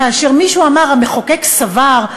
כאשר מישהו אמר "המחוקק סבר",